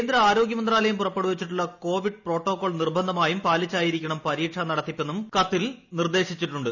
കേന്ദ്ര ആരോഗ്യ മന്ത്രാലയം പുറപ്പെടുവിച്ചിട്ടുള്ള കോവിഡ് പ്രോട്ടോക്കോൾ നിർബന്ധമായും പാലിച്ചായിരിക്കണം പരീക്ഷ നടത്തിപ്പെന്നും കത്തിൽ നിർദ്ദേശിച്ചിട്ടുണ്ട്